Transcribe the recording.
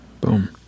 Boom